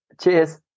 Cheers